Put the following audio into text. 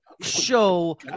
Show